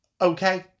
okay